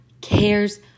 cares